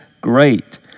great